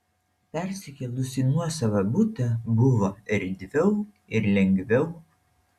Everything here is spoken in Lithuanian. persikėlus į nuosavą butą buvo erdviau ir lengviau